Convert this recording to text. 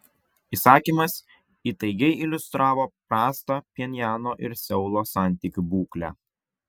įsakymas įtaigiai iliustravo prastą pchenjano ir seulo santykių būklę